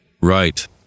right